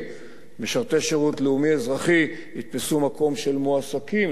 משרתי שירות לאומי-אזרחי יתפסו מקום של מועסקים,